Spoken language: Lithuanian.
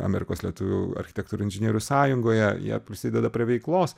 amerikos lietuvių architektų ir inžinierių sąjungoje jie prisideda prie veiklos